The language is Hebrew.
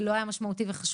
זה לא היה משמעותי וחשוב.